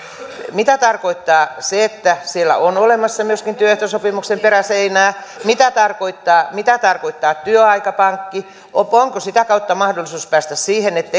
mitä tarkoittaa se että siellä on olemassa myöskin työehtosopimuksen peräseinää mitä tarkoittaa mitä tarkoittaa työaikapankki onko onko sitä kautta mahdollisuus päästä siihen että